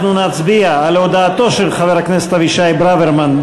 אנחנו נצביע על הודעתו של חבר הכנסת אבישי ברוורמן,